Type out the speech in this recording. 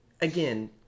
Again